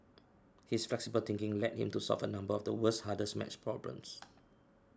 his flexible thinking led him to solve a number of the world's hardest math problems